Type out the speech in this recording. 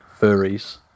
furries